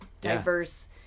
diverse